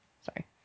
Sorry